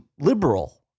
liberal